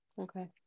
Okay